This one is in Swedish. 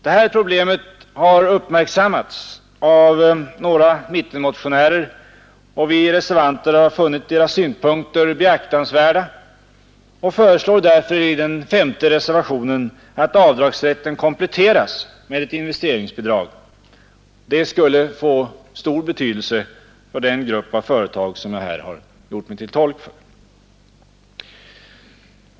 Det här problemet har uppmärksammats av några mittenmotionärer, och vi reservanter har funnit deras synpunkter beaktansvärda och föreslår därför i reservationen 5 att avdragsrätten kompletteras med ett investeringsbidrag. Detta skulle kunna få stor betydelse för den grupp av företag som jag här har gjort mig till tolk för.